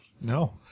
No